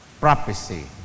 prophecy